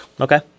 okay